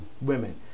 women